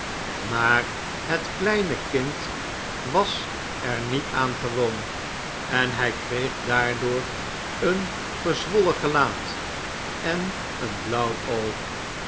maar het kleine kind was er niet aan gewoon en hjj kreeg daardoor een gezwollen gelaat en een blauw oog